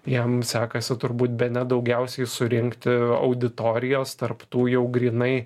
jam sekasi turbūt bene daugiausiai surinkti auditorijos tarp tų jau grynai